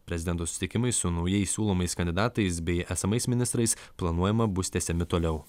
prezidento susitikimai su naujai siūlomais kandidatais bei esamais ministrais planuojama bus tęsiami toliau